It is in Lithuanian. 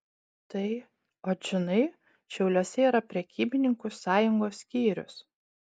tai ot žinai šiauliuose yra prekybininkų sąjungos skyrius